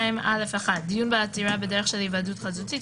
62א1. דיון בעתירה בדרך של היוועדות חזותית,